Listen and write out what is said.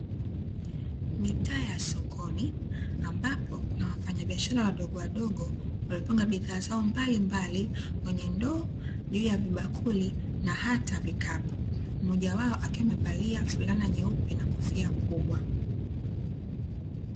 Mitaa ya sokoni ambapo kuna wafanyabiashara wadogowadogo, waliopanga bidhaa zao mbalimbali kwenye ndoo, juu ya vibakuli na hata vikapu. Mmoja wao akiwa amevalia fulana nyeupe na kofia kubwa.